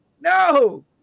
no